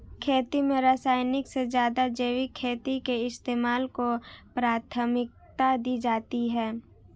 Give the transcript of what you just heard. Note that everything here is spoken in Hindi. खेती में रासायनिक से ज़्यादा जैविक खेती के इस्तेमाल को प्राथमिकता दी जाती है